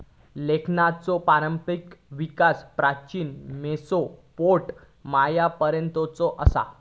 लेखांकनाचो प्रारंभिक विकास प्राचीन मेसोपोटेमियापर्यंतचो असा